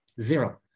Zero